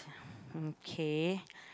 okay